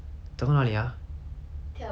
!hanna! 你都跟我这样久 liao mah